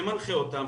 שמנחה אותם,